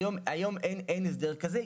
היום אין הבדל כזה.